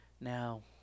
Now